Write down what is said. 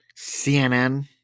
CNN